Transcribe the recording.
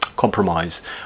compromise